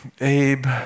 Abe